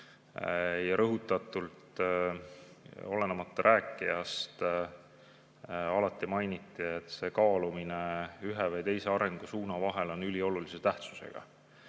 Rõhutatult, olenemata rääkijast, alati mainiti, et kaalumine ühe või teise arengusuuna vahel on üliolulise tähtsusega.